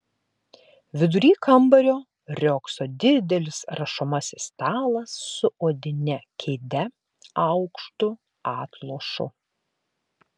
vidury kambario riogso didelis rašomasis stalas su odine kėde aukštu atlošu